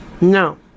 No